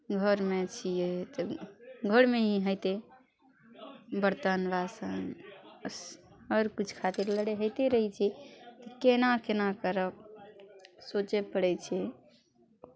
घरमे छियै तभी घरमे ही होइतै बर्तन बासन आओर किछु खातिर लड़ाइ होइते रहै छै तऽ केना केना करब सोचे पड़ै छै